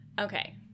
okay